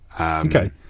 Okay